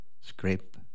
scrape